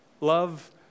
Love